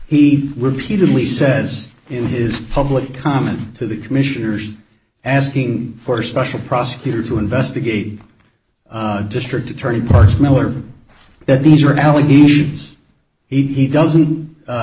he repeatedly says in his public comment to the commissioners asking for special prosecutor to investigate district attorney parks miller that these are allegations he doesn't